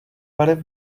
barev